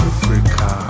Africa